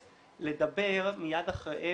הוא העניק לי את היכולת לדבר מיד אחריהם